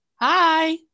Hi